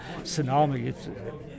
tsunami